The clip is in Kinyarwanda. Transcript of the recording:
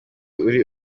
uri